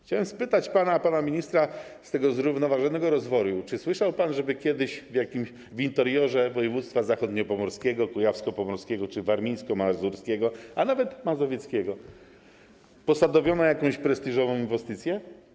Chciałem spytać pana ministra o ten zrównoważony rozwój: Czy słyszał pan, żeby kiedyś w jakimś w interiorze województwa zachodniopomorskiego, kujawsko-pomorskiego czy warmińsko-mazurskiego, a nawet mazowieckiego posadowiono jakąś prestiżową inwestycję?